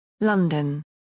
London